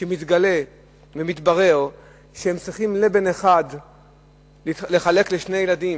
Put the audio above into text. שמתגלה ומתברר שהם צריכים לבן אחד לחלק לשני ילדים,